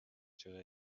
чыга